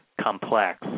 complex